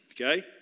okay